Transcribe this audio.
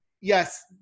yes